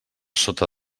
sota